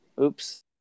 Oops